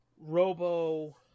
robo